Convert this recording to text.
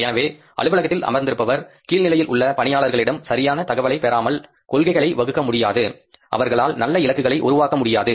எனவே அலுவலகத்தில் அமர்ந்திருப்பவர் கீழ்நிலையில் உள்ள பணியாளர்களிடம் சரியான தகவல்களை பெறாமல் கொள்கைகளை வகுக்க முடியாது அவர்களால் நல்ல இலக்குகளை உருவாக்க முடியாது